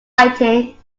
fighting